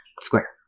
Square